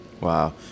Wow